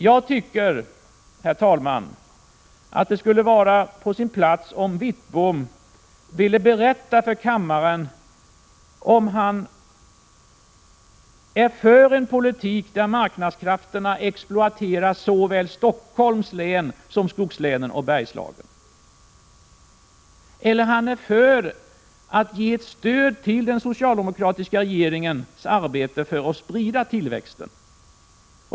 Jag tycker, herr talman, att det skulle vara på sin plats om Bengt Wittbom ville berätta för kammaren om han är för en politik där marknadskrafterna exploaterar såväl Stockholms län som skogslänen och Bergslagen, eller om han är för att ge ett stöd till den socialdemokratiska regeringens arbete för att sprida tillväxten.